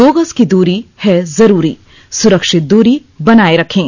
दो गज की दूरी है जरूरी सुरक्षित दूरी बनाए रखें